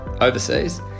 overseas